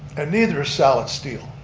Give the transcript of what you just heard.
and neither is salit steel.